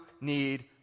need